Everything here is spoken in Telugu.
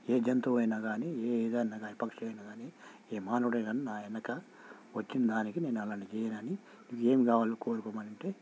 ఏ జంతువు అయినా గానీ ఏ ఏదైనా గానీ పక్షి అయినా గానీ ఏ మానువుడే గానీ నా వెనుక వచ్చిందానికి నేను అలాంటివి చెయ్యనని నువ్వు ఏం కావాలో కోరుకోమనంటే